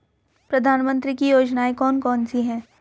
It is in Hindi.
प्रधानमंत्री की योजनाएं कौन कौन सी हैं?